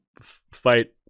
fight